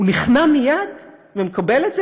הוא נכנע מייד ומקבל את זה,